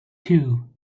two